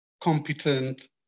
competent